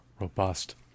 robust